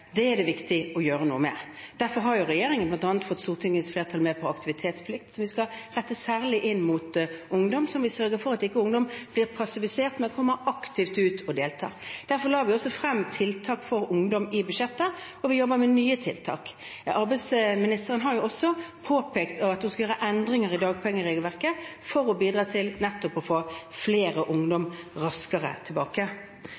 Det er det viktig å gjøre noe med. Derfor har regjeringen bl.a. fått Stortingets flertall med på aktivitetsplikt, som vi skal rette særlig inn mot ungdom, som vil sørge for at ungdom ikke blir passivisert, men kommer aktivt ut og deltar. Derfor la vi også frem tiltak for ungdom i budsjettet, og vi jobber med nye tiltak. Arbeidsministeren har også påpekt at hun skal gjøre endringer i dagpengeregelverket for å bidra til nettopp å få flere